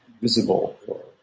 visible